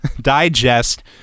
digest